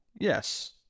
Yes